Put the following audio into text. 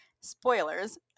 spoilers